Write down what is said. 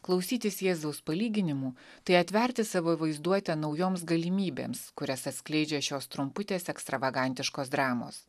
klausytis jėzaus palyginimų tai atverti savo vaizduotę naujoms galimybėms kurias atskleidžia šios trumputės ekstravagantiškos dramos